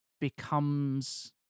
becomes